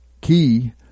key